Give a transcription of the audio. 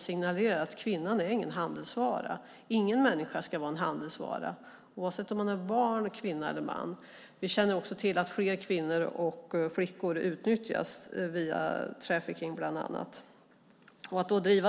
signalerar att kvinnan inte är någon handelsvara. Ingen människa ska vara en handelsvara, oavsett om man är barn, kvinna eller man. Vi känner också till att fler kvinnor och flickor utnyttjas via bland annat trafficking.